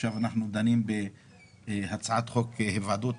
עכשיו אנחנו דנים בהצעת חוק ועדות